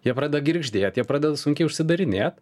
jie pradeda girgždėt jie pradeda sunkiai užsidarinėt